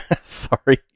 Sorry